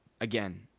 Again